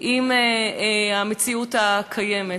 עם המציאות הקיימת.